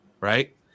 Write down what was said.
Right